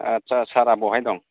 आटसा सारा बहाय दं